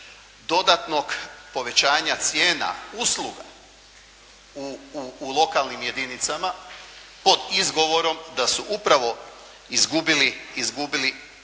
dodatnog povećanja cijena usluga u lokalnim jedinicama pod izgovorom da su upravo izgubili kroz